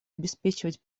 обеспечивать